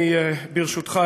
ברשותך,